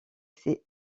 ses